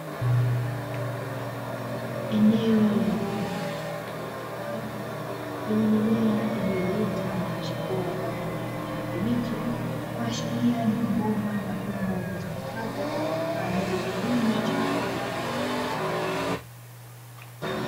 Eneo lenye mabomba na vyombo maalumu vyenye mimea iliyoota na kuchipua kwa rangi ya kijani kibichi, kuashiria ni mabomba na vyombo vitumikavyo kwa ajili ya kilimo cha haidroponi.